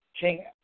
King